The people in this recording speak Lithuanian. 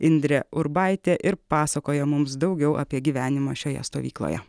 indrė urbaitė ir pasakoja mums daugiau apie gyvenimą šioje stovykloje